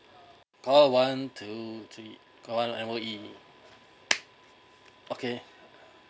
call one two three call one M_O_E okay